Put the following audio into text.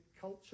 culture